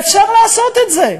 ואפשר לעשות את זה,